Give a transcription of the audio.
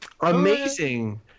Amazing